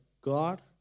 God